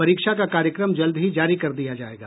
परीक्षा का कार्यक्रम जल्द ही जारी कर दिया जायेगा